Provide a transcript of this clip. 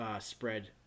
spread